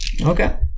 Okay